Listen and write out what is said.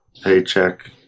paycheck